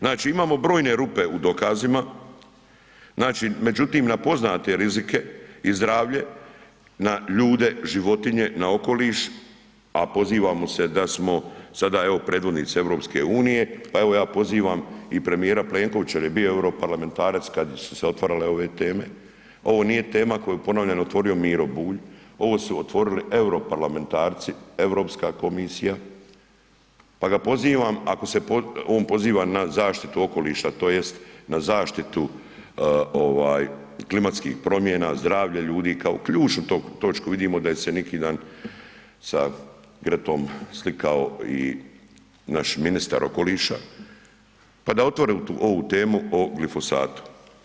Znači imamo brojne rupe u dokazima, znači, međutim, na poznate rizike i zdravlje na ljude, životinje, na okoliš, a pozivamo se da smo sada evo predvodnice EU, pa evo ja pozivam i premijera Plenkovića jer je bio europarlamentarac kad su se otvarale ove teme, ovo nije tema koju je ponovljeno otvorio Miro Bulj, ovo su otvorili europarlamentarci, EU komisija pa ga pozivam, ako se on poziva na zaštitu okoliša, tj. na zaštitu klimatskih promjena, zdravlje ljudi kao ključnu točku, vidimo da se neki dan sa Gretom slikao i naš ministar okoliša pa da otvore ovu temu o glifosatu.